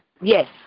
Yes